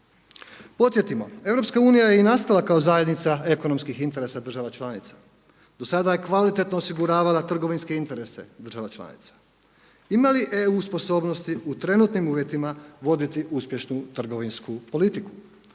Podsjetimo EU je i nastala kao zajednica ekonomskih interesa država članica, do sada je kvalitetno osiguravala trgovinske interese država članica. Ima li EU sposobnosti u trenutnim uvjetima voditi uspješnu trgovinsku politiku?